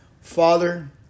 Father